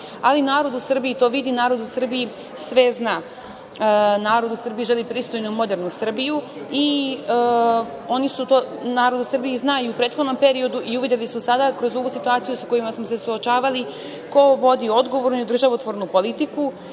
narod u Srbiji to vidi. Narod u Srbiji sve zna. Narod u Srbiji želi pristojnu i modernu Srbiju. Narod u Srbiji zna, i u prethodnom periodu, a uvideli su i sada, kroz ovu situaciju sa kojom smo se suočavali, ko vodi odgovornu i državotvornu politiku,